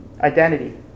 identity